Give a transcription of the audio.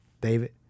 David